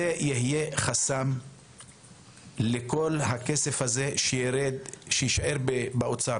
זה יהיה חסם לכל הכסף הזה שיישאר באוצר,